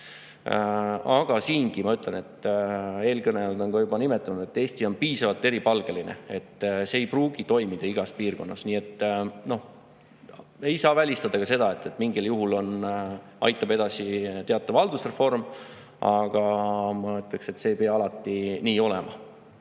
Aga nagu siingi eelkõnelejad on juba öelnud, Eesti on piisavalt eripalgeline, see ei pruugi toimida igas piirkonnas. Nii et ei saa välistada ka seda, et mingil juhul aitab edasi teatav haldusreform. Aga ma arvan, et see ei pea alati nii olema.